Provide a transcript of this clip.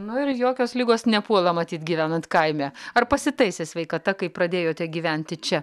nu ir jokios ligos nepuola matyt gyvenant kaime ar pasitaisė sveikata kai pradėjote gyventi čia